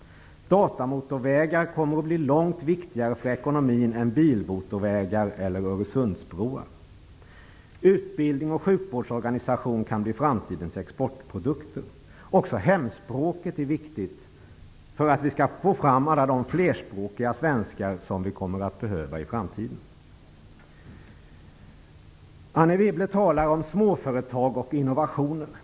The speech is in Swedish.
Datamotorvägar kommer att bli långt viktigare för ekonomin än bilmotorvägar och Öresundsbroar. Utbildning och sjukvårdsorganisation kan bli framtidens exportprodukter. Också hemspråket är viktigt. Det är viktigt för att vi skall få fram alla de flerspråkiga svenskar som vi kommer att behöva i framtiden. Anne Wibble talar om småföretag och innovationer.